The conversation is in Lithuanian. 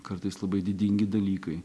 kartais labai didingi dalykai